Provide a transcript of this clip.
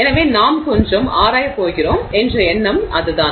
எனவே நாம் கொஞ்சம் ஆராயப் போகிறோம் என்ற எண்ணம் அதுதான்